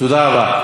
תודה רבה.